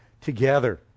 together